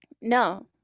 No